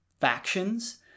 factions